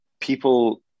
people